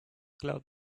club